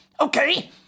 okay